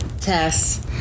Tess